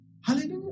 Hallelujah